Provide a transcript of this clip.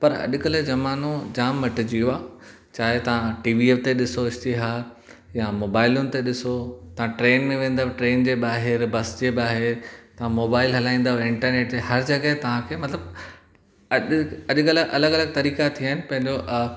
पर अॼु कल्ह जो ज़मानो जामु मटिजी वियो आहे चाहे तव्हां टीवीअ ते ॾिसो इश्तिहार या मोबाइलुनि ते ॾिसो तव्हां ट्रेन में वेंदो ट्रेन जे ॿाहिरि बस्ती जे ॿाहिरि था मोबाइल हलाईंदो इंटरनेट जी हर जॻहि तांखे मतिलबु अॼु कल्ह अलॻि अलॻि तरीक़ा थियनि पंहिंजो आहे